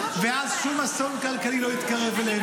ואז שום אסון כלכלי לא יתקרב אלינו.